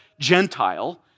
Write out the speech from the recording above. Gentile